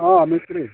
অঁ মিস্ত্ৰী